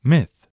Myth